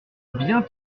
bien